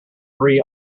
three